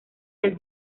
del